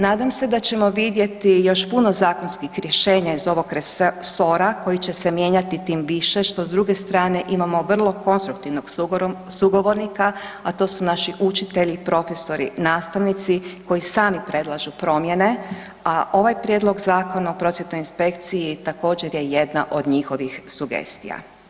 Nadam se da ćemo vidjeti još puno zakonskih rješenja iz ovog resora koji će se mijenjati tim više što s druge strane imamo vrlo konstruktivnog sugovornika, a to su naši učitelji, profesori, nastavnici koji sami predlažu promjene, a ovaj prijedlog Zakona o prosvjetnoj inspekciji također je jedna od njihovih sugestija.